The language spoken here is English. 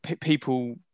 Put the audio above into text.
people